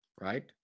right